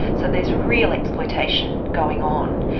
so there's real exploitation going on,